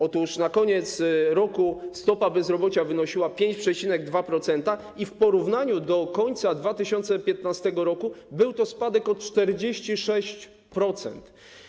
Otóż na koniec roku stopa bezrobocia wynosiła 5,2% i w porównaniu do końca 2015 r. był to spadek o 46%.